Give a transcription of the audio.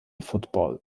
football